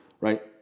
Right